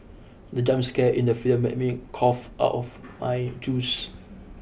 the jump scare in the film made me cough out of my juice